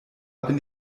bin